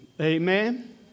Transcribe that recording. amen